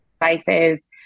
devices